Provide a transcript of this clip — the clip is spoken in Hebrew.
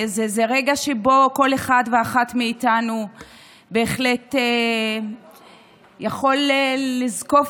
זה רגע שבו כל אחת ואחד מאיתנו בהחלט יכול לזקוף